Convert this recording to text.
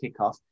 kickoff